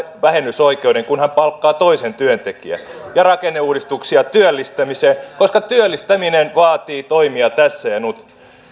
vähennysoikeuden kun hän palkkaa toisen työntekijän ja rakenneuudistuksia työllistämiseen koska työllistäminen vaatii toimia tässä ja nyt